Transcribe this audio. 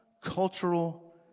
cultural